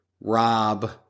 Rob